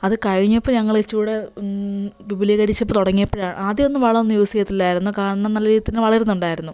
അത് കഴിഞ്ഞപ്പം ഞങ്ങളിച്ചിരി കൂടെ വിപുലീകരിച്ച് തുടങ്ങിയപ്പോഴാണ് ആദ്യം ഒന്നും വളമൊന്നും യൂസ് ചെയ്തില്ലായിരുന്നു കാരണം നല്ല രീതിയിൽ തന്നെ വളരുന്നുണ്ടായിരുന്നു